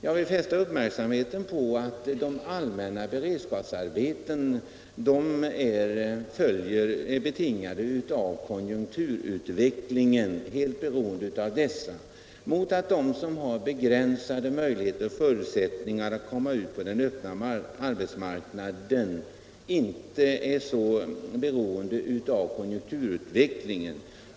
Jag vill bara fästa uppmärksamheten på att de allmänna beredskapsarbetena är betingade av och helt beroende av konjunkturutvecklingen. Anslaget till dem som har begränsade möjligheter och förutsättningar att komma ut på den öppna arbetsmarknaden är inte så beroende av konjunkturerna.